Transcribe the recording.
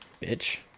Bitch